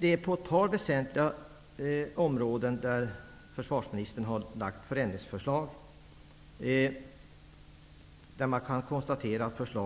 Men på ett par väsentliga områden där försvarsministern har lagt fram förslag till förändringar går det att konstatera att dessa